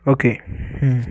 okay ம்